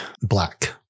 black